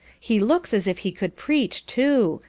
he looks as if he could preach, too.